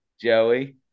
Joey